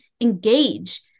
engage